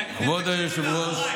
מאחורייך, כבוד היושב-ראש,